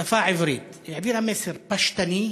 שפה עברית, היא העבירה מסר פשטני,